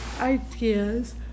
ideas